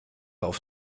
auf